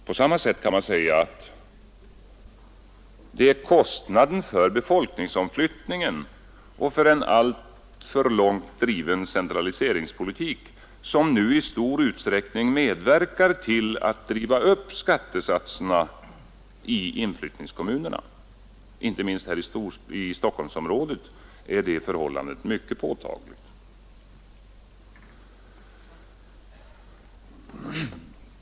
På samma sätt kan man säga att det är kostnaden för befolkningsomflyttningen och för en alltför långt driven centraliseringspolitik som nu i stor utsträckning medverkar till att driva upp skattesatserna i inflyttningskommunerna. Inte minst här i Stockholmsområdet är det förhållandet mycket påtagligt.